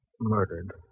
murdered